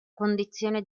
condizione